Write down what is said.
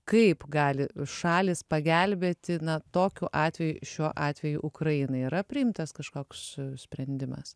kaip gali šalys pagelbėti na tokiu atveju šiuo atveju ukrainai yra priimtas kažkoks sprendimas